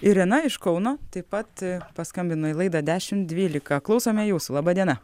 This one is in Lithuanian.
irena iš kauno taip pat paskambino į laidą dešimt dvylika klausome jūsų laba diena